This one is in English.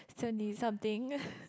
twenty something